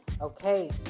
Okay